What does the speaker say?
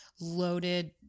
loaded